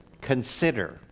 consider